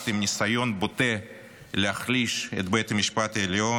עם ניסיון בוטה להחליש את בית המשפט העליון,